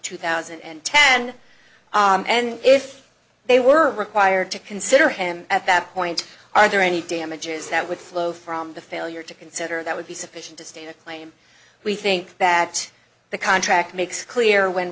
two thousand and ten and if they were required to consider him at that point are there any damages that would flow from the failure to consider that would be sufficient to state a claim we think backed the contract makes clear when